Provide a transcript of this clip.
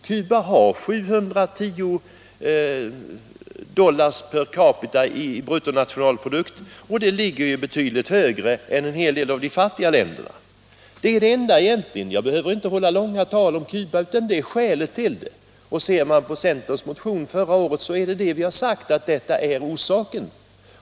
Cuba har 710 dollar per capita i bruttonationalprodukt och ligger därmed betydligt högre än en hel del av de fattiga länderna. Det är egentligen det enda skälet. Jag behöver inte hålla långa tal om Cuba, utan detta är skälet. Läser man centerns motion från förra året finner man också att vi sagt att detta är orsaken.